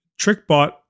TrickBot